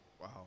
Wow